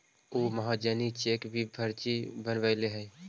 उ महाजनी चेक भी फर्जी बनवैले हइ